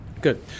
good